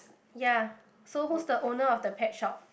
ya so who's the owner of the pet shop